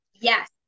Yes